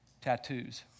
tattoos